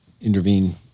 intervene